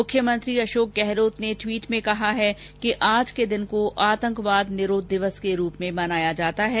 मुख्यमंत्री अशोक गहलोत ने ट्वीट में कहा है कि आज के दिन को आंतकवाद निरोध दिवस के रूप में मनाया जाता है